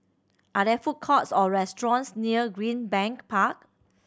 are there food courts or restaurants near Greenbank Park